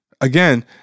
Again